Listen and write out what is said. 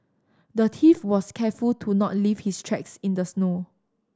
the thief was careful to not leave his tracks in the snow